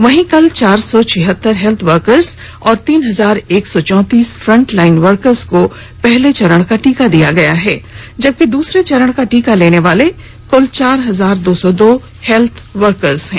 वहीं कल चार सौ छियत्तर हेल्थवर्कर्स और तीन हजार एक सौ चौंतीस फ्रंटलाइन वर्कर्स को पहले चरण का टीका दिया गया जबकि दूसरे चरण का टीका लेने वाले कुल चार हजार दो सौ दो हेल्थवर्कर्स हैं